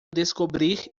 descobrir